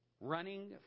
running